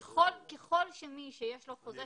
ככל שמי שיש לו חוזה שכירות --- לא.